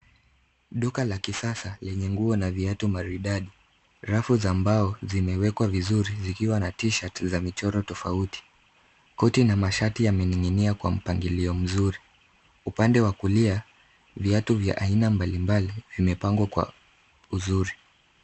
Duka la kisasa yenye nguo na viatu maridadi. Rafu za mbao zimewekwa vizuri zikiwa na t-shirt za michoro tofauti. Koti na mashati yamening'inia kwa mpangilio mzuri. Upande wa kulia viatu vya aina mbalimbali vimepangwa kwa uzuri.